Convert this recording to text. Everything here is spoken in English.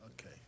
Okay